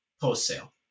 post-sale